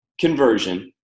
conversion